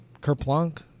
Kerplunk